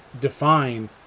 define